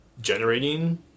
generating